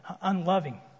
unloving